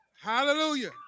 hallelujah